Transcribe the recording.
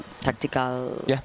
tactical